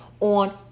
on